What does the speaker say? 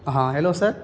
ہاں ہیلو سر